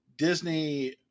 Disney